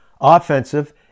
offensive